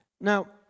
Now